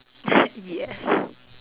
yes